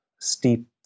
steep